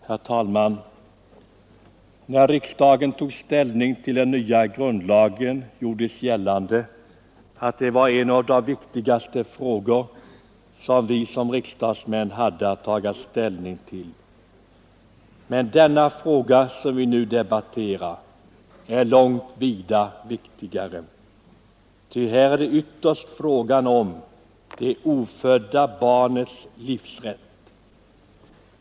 Herr talman! När riksdagen tog ställning till den nya grundlagen gjordes gällande att det var en av de viktigaste frågor som vi såsom riksdagsmän hade att ta ställning till. Men den fråga som vi nu debatterar är långt viktigare, ty ytterst är det fråga om det ofödda barnets livsrätt.